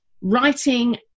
writing